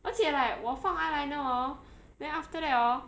而且 like 我放 eyeliner hor then after that orh